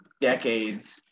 decades